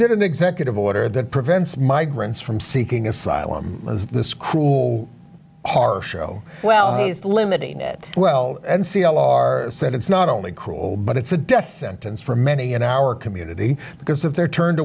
did an executive order that prevents migrants from seeking asylum this cruel harsh oh well he's limiting it well and c l r said it's not only cruel but it's a death sentence for many in our community because if they're turned